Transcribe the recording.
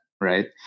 Right